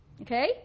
okay